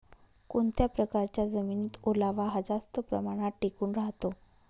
कोणत्या प्रकारच्या जमिनीत ओलावा हा जास्त प्रमाणात टिकून राहतो?